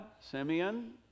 Simeon